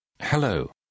Hello